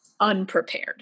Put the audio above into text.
unprepared